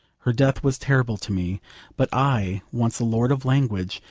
her death was terrible to me but i, once a lord of language,